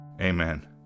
amen